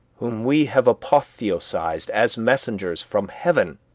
whom we have apotheosized as messengers from heaven,